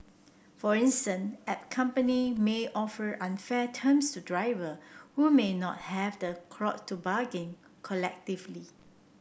for instance app company may offer unfair terms to driver who may not have the clout to bargain collectively